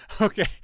Okay